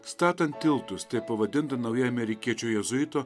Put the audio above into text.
statant tiltus taip pavadinta nauja amerikiečių jėzuito